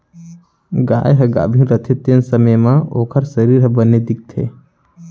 गाय ह गाभिन रथे तेन समे म ओकर सरीर ह बने दिखथे